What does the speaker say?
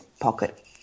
pocket